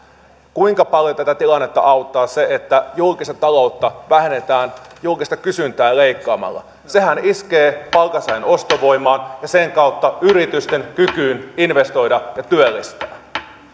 kuinka paljon tätä tilannetta auttaa se että julkista taloutta vähennetään julkista kysyntää leikkaamalla sehän iskee palkansaajan ostovoimaan ja sen kautta yritysten kykyyn investoida ja työllistää